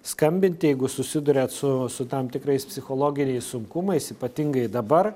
skambinti jeigu susiduriat su su tam tikrais psichologiniais sunkumais ypatingai dabar